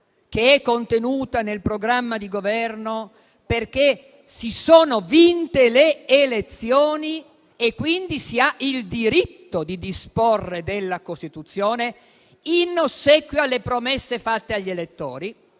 che è contenuta nel programma di Governo, perché si sono vinte le elezioni e, quindi, si ha il diritto di disporre della Costituzione, in ossequio alle promesse fatte agli elettori.